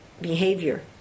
behavior